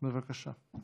בבקשה.